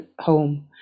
home